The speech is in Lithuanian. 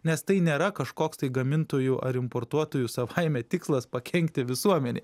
nes tai nėra kažkoks tai gamintojų ar importuotojų savaime tikslas pakenkti visuomenei